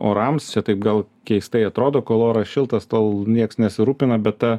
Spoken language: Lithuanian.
orams čia taip gal keistai atrodo kol oras šiltas tol nieks nesirūpina bet ta